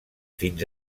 fins